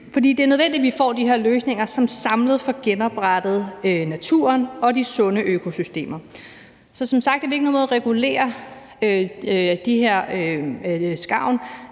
For det er nødvendigt, at vi får de her løsninger, som samlet får genoprettet naturen og de sunde økosystemer. Så som sagt har vi ikke noget mod at regulere skarven,